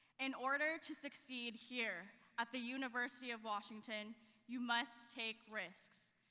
in order to succeed here at the university of washington you must take risks.